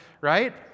right